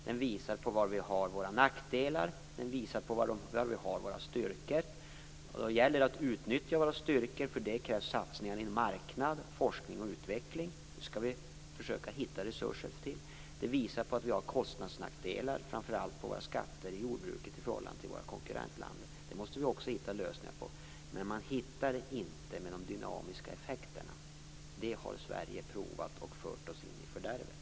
Den visar var vi har våra nackdelar och våra starka sidor. Det gäller att utnyttja våra starka sidor, och för det krävs satsningar på marknad, forskning och utveckling. Vi skall försöka hitta resurser för detta. Utredningen visar att vårt jordbruk har kostnadsnackdelar i förhållande till våra konkurrentländer, framför allt vad gäller skatter. Detta måste vi hitta lösningar på, men de ligger inte i de dynamiska effekterna. Den vägen har Sverige provat, och den har fört oss in i fördärvet.